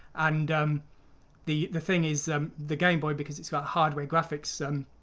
and um the the thing is the game boy because it's got hardware graphics. and